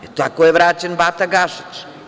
Tako je vraćen Bata Gašić.